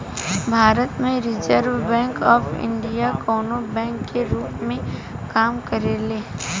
भारत में Reserve Bank of India कवनो bank के रूप में काम करेले